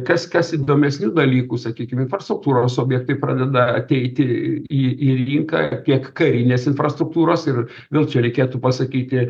kas kas įdomesnių dalykų sakykim infrastruktūros objektai pradeda ateiti į į rinką tiek karinės infrastruktūros ir vėl čia reikėtų pasakyti